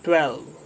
Twelve